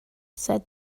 said